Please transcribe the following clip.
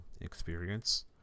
experience